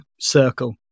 circle